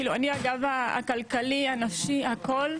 אני הגב הכלכלי, הנפשי, הכול.